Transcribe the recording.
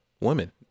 women